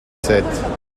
sept